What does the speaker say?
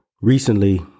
Recently